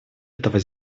этого